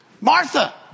Martha